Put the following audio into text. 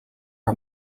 are